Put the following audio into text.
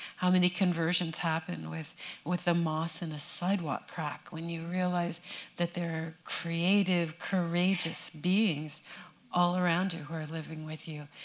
how many conversions happen with with the moss in a sidewalk crack, when you realize that there are creative, courageous beings all around you who are living with you.